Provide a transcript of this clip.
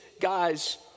guy's